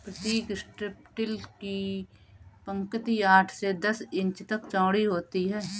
प्रतीक strip till की पंक्ति आठ से दस इंच तक चौड़ी होती है